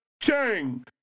Chang